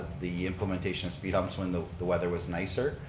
the implementation of speed humps when the the weather was nicer.